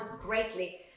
greatly